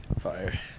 Fire